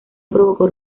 provocó